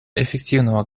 эффективного